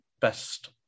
best